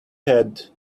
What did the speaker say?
head